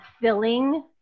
filling